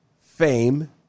fame